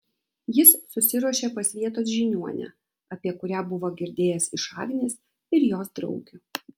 jis susiruošė pas vietos žiniuonę apie kurią buvo girdėjęs iš agnės ir jos draugių